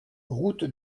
route